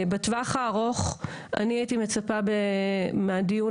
בטווח הארוך אני הייתי מצפה מהדיון